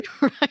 Right